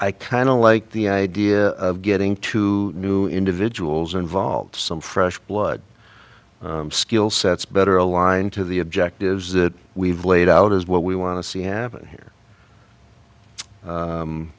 i kind of like the idea of getting two new individuals involved some fresh blood skill sets better aligned to the objectives that we've laid out as what we want to see happen here